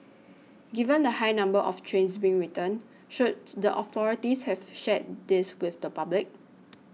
given the high number of trains being returned should the authorities have shared this with the public